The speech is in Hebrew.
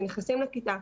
שנכנסים לכיתה,